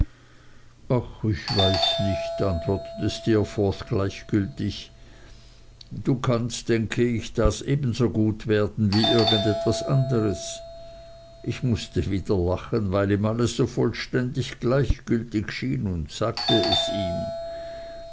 ach ich weiß nicht antwortete steerforth gleichgültig du kannst denke ich das ebenso gut werden wie irgend etwas anderes ich mußte wieder lachen weil ihm alles so vollständig gleichgültig schien und sagte es ihm